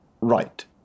Right